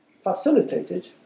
facilitated